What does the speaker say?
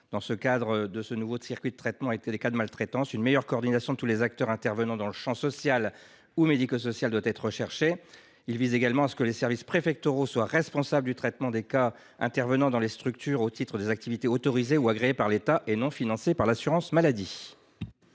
Dans le cadre du nouveau circuit de traitement des cas de maltraitance, une meilleure coordination de tous les acteurs intervenant dans le champ social et médico social doit être recherchée. Cet amendement vise également à rendre les services préfectoraux responsables du traitement des cas de maltraitance intervenant dans des structures ou au titre d’activités autorisées ou agréées par l’État non financées par l’assurance maladie.